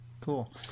cool